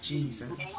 Jesus